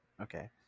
okay